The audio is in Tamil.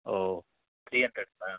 ஓ த்ரீ ஹண்ட்ரெடுங்களா